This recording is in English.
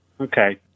Okay